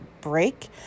break